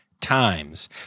times